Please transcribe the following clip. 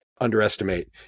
underestimate